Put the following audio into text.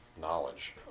knowledge